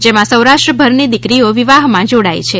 જેમાં સૌરાષ્ટ્રભરની દીકરીઓ વિવાહમાં જોડાઈ છે